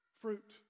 Fruit